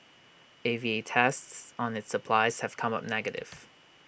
A V A tests on its supplies have come up negative